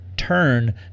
turn